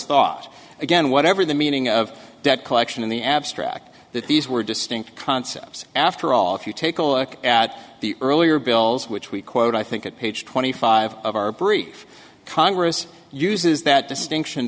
thought again whatever the meaning of debt collection in the abstract that these were distinct concepts after all if you take a look at the earlier bills which we quote i think at page twenty five of our brief congress uses that distinction